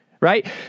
right